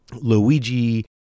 Luigi